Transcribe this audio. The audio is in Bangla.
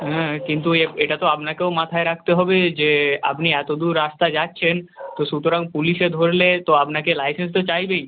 হ্যাঁ কিন্তু এটা তো আপনাকেও মাথায় রাখতে হবে যে আপনি এত দূর রাস্তা যাচ্ছেন তো সুতরাং পুলিশে ধরলে তো আপনাকে লাইসেন্স তো চাইবেই